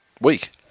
week